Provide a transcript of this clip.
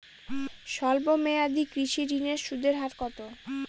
স্বল্প মেয়াদী কৃষি ঋণের সুদের হার কত?